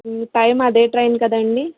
time అదే train కదండి